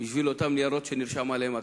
בשביל אותם ניירות שנרשם עליהם הקנס.